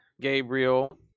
Gabriel